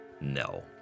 No